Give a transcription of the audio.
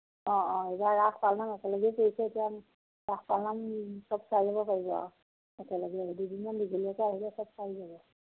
অঁ অঁ এতিয়া ৰাস পাল নাম একেলগেই পৰিছে এতিয়া ৰাস পাল নাম চব চাই যাব পাৰিব আৰু একেলগে দুদিনমান দীঘলীয়াকৈ আহিলে চব চাই যাব